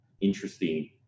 interesting